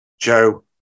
joe